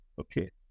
Okay